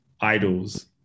idols